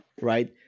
right